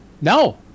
No